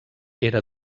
era